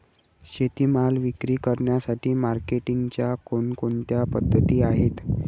शेतीमाल विक्री करण्यासाठी मार्केटिंगच्या कोणकोणत्या पद्धती आहेत?